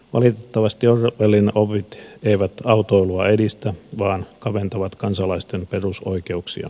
valitettavasti orwellin opit eivät autoilua edistä vaan kaventavat kansalaisten perusoikeuksia